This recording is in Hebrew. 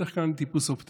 אני בדרך כלל טיפוס אופטימי.